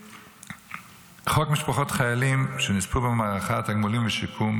חוק משפחות חיילים שנספו במערכה (תגמולים ושיקום),